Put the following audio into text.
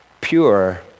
pure